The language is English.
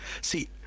see